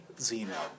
Zeno